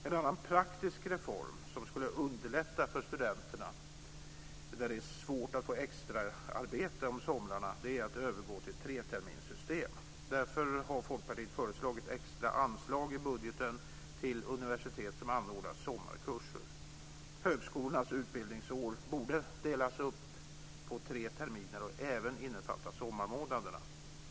En annan praktiskt reform som skulle underlätta för studenterna där det är svårt att få extraarbete om somrarna är att övergå till treterminssystem. Därför har Folkpartiet föreslagit extra anslag i budgeten till universitet som anordnar sommarkurser. Högskolornas utbildningsår borde delas upp på tre terminer och även innefatta sommarmånaderna.